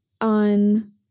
on